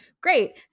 great